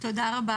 תודה רבה.